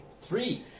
three